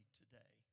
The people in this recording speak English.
today